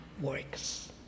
works